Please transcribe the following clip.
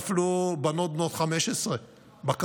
נפלו בנות 15 בקרב,